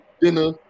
dinner